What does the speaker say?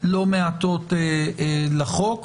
לא מעטות לחוק.